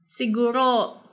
siguro